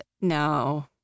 No